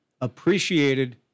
appreciated